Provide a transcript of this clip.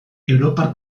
europar